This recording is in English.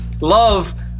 love